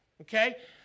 Okay